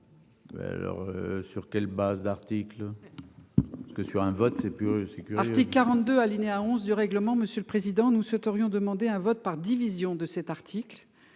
vote. Sur quelles bases d'articles. Que sur un vote c'est purée. Article 42, alinéa 11 du règlement, Monsieur le Président, nous souhaiterions demander un vote par division de cet article